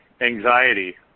anxiety